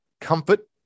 comfort